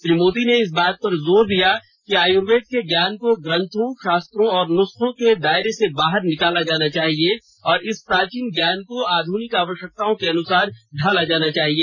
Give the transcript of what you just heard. श्री मोदी ने इस बात पर जोर दिया कि आयुर्वेद के ज्ञान को ग्रंथों शास्त्रों और नुस्खों के दायरे से बाहर निकाला जाना चाहिए और इस प्राचीन ज्ञान को आधुनिक आवश्यकताओं के अनुसार ढाला जाना चाहिए